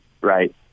right